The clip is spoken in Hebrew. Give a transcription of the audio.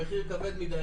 המחיר כבד מדי,